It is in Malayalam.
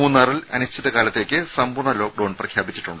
മൂന്നാറിൽ അനിശ്ചിതകാലത്തേക്ക് സമ്പൂർണ്ണ ലോക്ഡൌൺ പ്രഖ്യാപിച്ചു